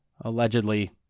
allegedly